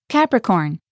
Capricorn